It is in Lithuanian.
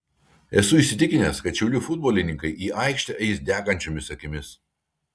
esu įsitikinęs kad šiaulių futbolininkai į aikštę eis degančiomis akimis